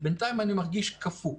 בינתיים אני מרגיש קפוא.